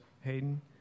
Hayden